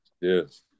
Yes